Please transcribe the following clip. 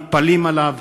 נטפלים אליו.